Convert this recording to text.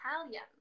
Italian